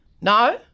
No